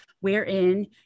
wherein